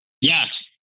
Yes